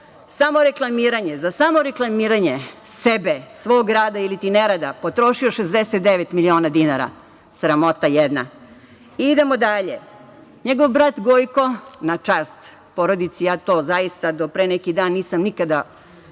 samoreklamiranje. Za samoreklamiranje sebe, svog rada ili ti nerada, potrošio 69 miliona dinara, sramota jedna. Idemo dalje. Njegov brat Gojko, na čast porodici, ja to zaista do pre neki dan nisam nikada